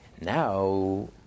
now